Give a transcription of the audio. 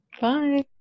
Bye